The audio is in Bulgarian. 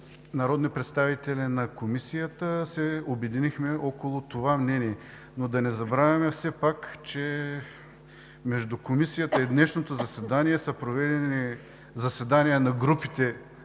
народни представители в Комисията се обединихме около това мнение, но да не забравяме все пак, че между Комисията и днешното заседание са проведени заседания на групите